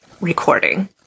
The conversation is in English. recording